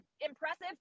impressive